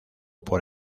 por